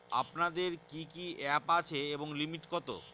আপনাদের কি কি অ্যাপ আছে এবং লিমিট কত?